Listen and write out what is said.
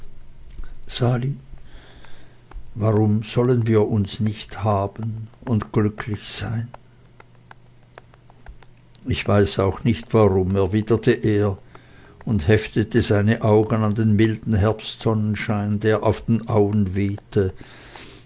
sali warum sollen wir uns nicht haben und glücklich sein ich weiß auch nicht warum erwiderte er und heftete seine augen an den milden herbstsonnenschein der auf den auen webte